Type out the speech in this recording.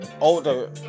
older